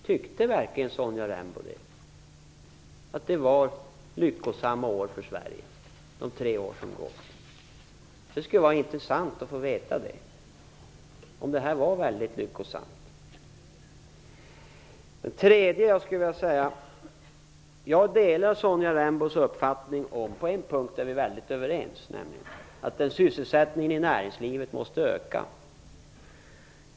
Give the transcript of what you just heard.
Tycker verkligen Sonja Rembo att de tre år som gått var lyckosamma år för Sverige? Det skulle vara intressant att få veta det. Jag delar Sonja Rembos uppfattning på en punkt - där är vi helt överens - nämligen att sysselsättningen i näringslivet måste öka.